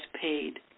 paid